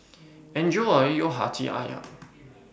Enjoy your Hati Ayam